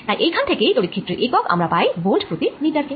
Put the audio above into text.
তাই এইখান থেকেই তড়িৎ ক্ষেত্রের একক আমরা পাই ভোল্ট প্রতি মিটার কে